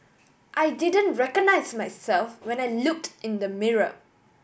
I didn't recognise myself when I looked in the mirror